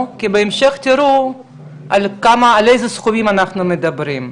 כי בהמשך תראו על איזה סכומים אנחנו מדברים.